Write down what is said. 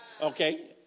okay